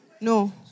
no